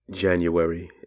January